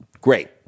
Great